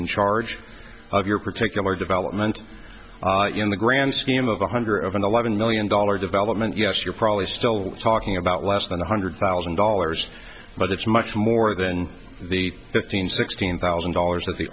in charge of your particular development in the grand scheme of one hundred eleven million dollars development yes you're probably still talking about less than one hundred thousand dollars but that's much more than the fifteen sixteen thousand dollars that the